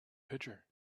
pitcher